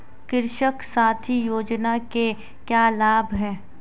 कृषक साथी योजना के क्या लाभ हैं?